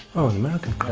an american